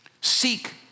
Seek